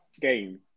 game